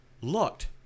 looked